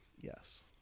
yes